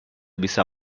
bisa